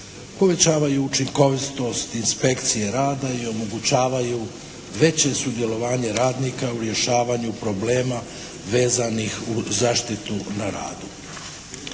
povećavaju učinkovitost inspekcije rada i omogućavaju veće sudjelovanje radnika u rješavanju problema vezanih uz zaštitu na radu.